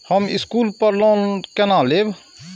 हम स्कूल पर लोन केना लैब?